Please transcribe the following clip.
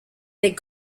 des